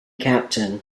captain